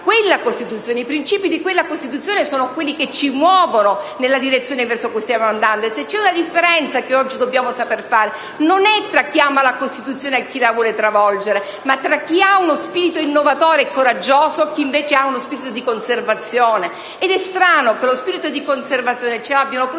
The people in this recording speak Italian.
i principi di quella Costituzione sono quelli che ci muovono nella direzione verso cui stiamo andando, e se c'è una differenza che oggi dobbiamo saper operare non è tra chi ama la Costituzione e chi la vuole travolgere, ma tra chi ha uno spirito innovatore e coraggioso e chi ha invece uno spirito di conservazione. Ed è strano che lo spirito di conservazione ce l'abbiano proprio